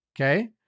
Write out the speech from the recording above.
okay